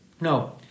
No